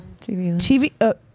TV